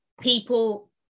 people